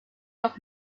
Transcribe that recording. auch